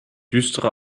düstere